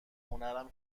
هنرم